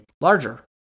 larger